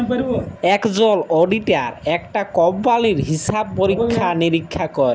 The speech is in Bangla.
একজল অডিটার একটা কম্পালির হিসাব পরীক্ষা লিরীক্ষা ক্যরে